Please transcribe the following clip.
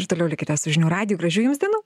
ir toliau likite su žinių radijo gražių jums dienų